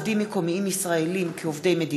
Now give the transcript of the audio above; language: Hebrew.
העברת מידע ומסירת מסמכים הקשורים להסכם הלוואה לדיור),